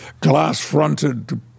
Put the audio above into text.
glass-fronted